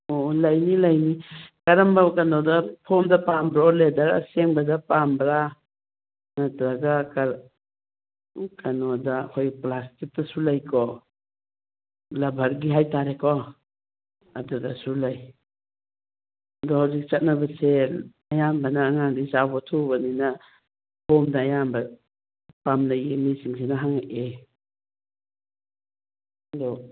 ꯑꯣ ꯑꯣ ꯂꯩꯅꯤ ꯂꯩꯅꯤ ꯀꯔꯝꯕ ꯀꯩꯅꯣꯗ ꯐꯣꯝꯗ ꯄꯥꯝꯕ꯭ꯔꯣ ꯂꯦꯗꯔ ꯑꯁꯦꯡꯕꯗ ꯄꯥꯝꯕ꯭ꯔꯥ ꯅꯠꯇ꯭ꯔꯒ ꯀꯩꯅꯣꯗ ꯑꯩꯈꯣꯏ ꯄ꯭ꯂꯥꯁꯇꯤꯛꯇꯁꯨ ꯂꯩꯀꯣ ꯂꯕꯔꯒꯤ ꯍꯥꯏꯇꯥꯔꯦꯀꯣ ꯑꯗꯨꯗꯁꯨ ꯂꯩ ꯑꯗꯣ ꯍꯧꯖꯤꯛ ꯆꯠꯅꯕꯁꯦ ꯑꯌꯥꯝꯕꯅ ꯑꯉꯥꯡꯗꯤ ꯆꯥꯎꯕ ꯊꯨꯕꯅꯤꯅ ꯐꯣꯝꯗ ꯑꯌꯥꯝꯕ ꯄꯥꯝꯅꯩꯌꯦ ꯃꯤꯁꯤꯡꯁꯤꯅ ꯍꯪꯉꯛꯑꯦ ꯑꯗꯣ